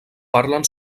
parlen